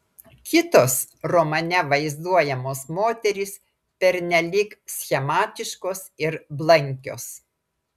kitos romane vaizduojamos moterys pernelyg schematiškos ir blankios